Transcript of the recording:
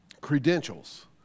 credentials